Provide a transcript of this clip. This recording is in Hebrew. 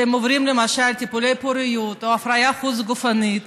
כשהם עוברים למשל טיפולי פוריות או הפריה חוץ-גופית,